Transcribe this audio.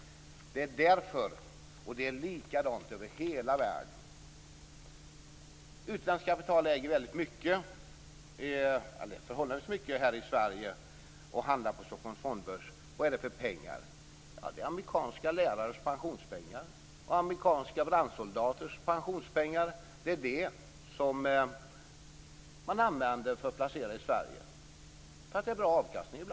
Det är likadant över hela världen. Det finns förhållandevis många utländska kapitalägare som handlar på Stockholms Fondbörs. Vad är det för pengar? Det är amerikanska lärares pensionspengar. Det är amerikanska brandsoldaters pensionspengar. Det är det som man använder för att placera i Sverige. Det ger ibland bra avkastning.